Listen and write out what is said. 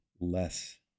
less